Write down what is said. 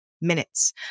minutes